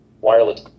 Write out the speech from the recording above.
wireless